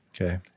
Okay